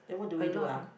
a lot of thing